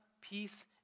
peace